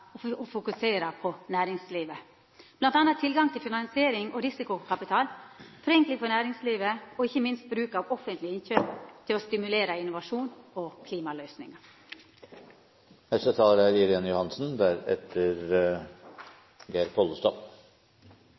og fokusera på næringslivet, bl.a. tilgang til finansiering og risikokapital, forenkling for næringslivet og, ikkje minst, bruk av offentlege innkjøp for å stimulera til innovasjon og